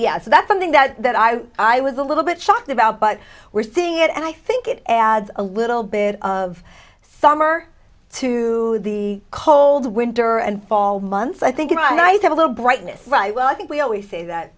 yeah so that's something that i was i was a little bit shocked about but we're seeing it and i think it adds a little bit of summer to the cold winter and fall months i think i have a little brightness right well i think we always say that